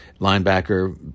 Linebacker